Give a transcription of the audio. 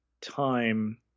time